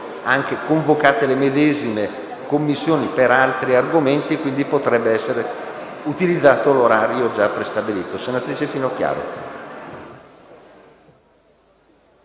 sono convocate le medesime Commissioni per affrontare altri argomenti e quindi potrebbe essere utilizzato l'orario già stabilito.